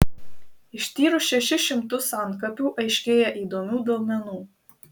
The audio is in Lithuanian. ištyrus šešis šimtus antkapių aiškėja įdomių duomenų